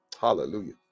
Hallelujah